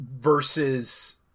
versus